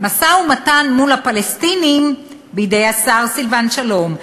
משא-ומתן מול הפלסטינים בידי השר סילבן שלום,